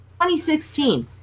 2016